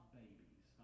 babies